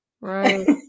Right